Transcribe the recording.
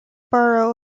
barrow